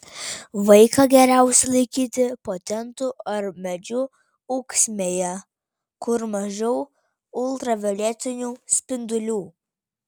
vaiką geriausiai laikyti po tentu ar medžių ūksmėje kur mažiau ultravioletinių spindulių